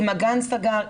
אם הגן סגר,